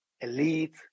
elite